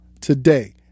today